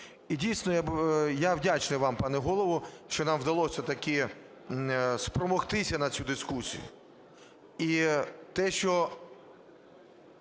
І дійсно я вдячний вам, пане Голово, що нам вдалося таки спромогтися на цю дискусію. І те, що